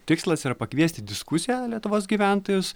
tikslas yra pakviesti į diskusiją lietuvos gyventojus